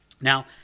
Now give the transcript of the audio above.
Now